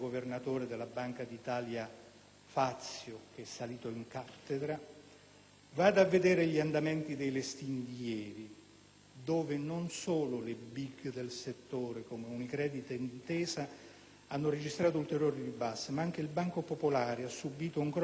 Fazio, che è salito in cattedra) vada a vedere gli andamenti dei listini di ieri, dove non solo le *big* del settore, come Unicredit e Intesa, hanno registrato ulteriori ribassi, ma anche il Banco Popolare ha subito un crollo del 16,36